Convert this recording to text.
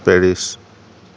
Paris